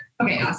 Okay